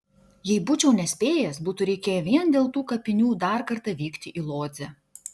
jei būčiau nespėjęs būtų reikėję vien dėl tų kapinių dar kartą vykti į lodzę